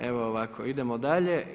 Evo ovako, idemo dalje.